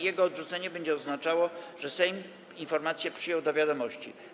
Jego odrzucenie będzie oznaczało, że Sejm informację przyjął do wiadomości.